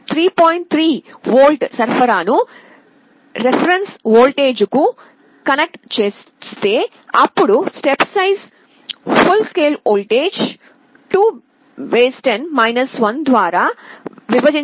3 volt సరఫరా ను reference వోల్టేజ్కు కనెక్ట్ చేస్తే అప్పుడు step size full scale voltage ద్వారా విభజించబడింది